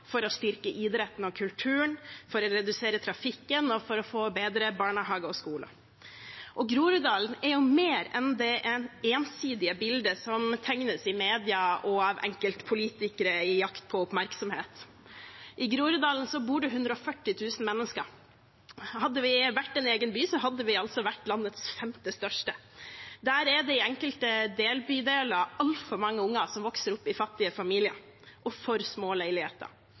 for å styrke idretten og kulturen, for å redusere trafikken og for å få bedre barnehager og skoler. Groruddalen er mer enn det ensidige bildet som tegnes i media og av enkeltpolitikere i jakt på oppmerksomhet. I Groruddalen bor det 140 000 mennesker. Hadde vi vært en egen by, hadde vi altså vært landets femte største. Der er det i enkelte delbydeler altfor mange unger som vokser opp i fattige familier og i for små leiligheter,